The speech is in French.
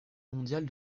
mondiale